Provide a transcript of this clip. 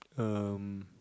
um